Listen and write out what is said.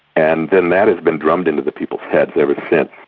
and then that has been drummed into the people's heads ever since.